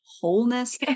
wholeness